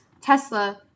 Tesla